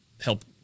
help